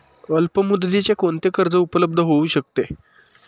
अल्पमुदतीचे कोणते कर्ज उपलब्ध होऊ शकते?